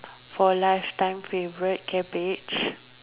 for lifetime favourite cabbage